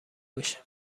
بشه